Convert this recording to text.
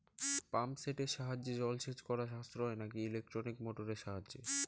Pump সেটের সাহায্যে জলসেচ করা সাশ্রয় নাকি ইলেকট্রনিক মোটরের সাহায্যে?